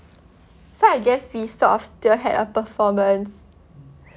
so I guess we sort of still had a performance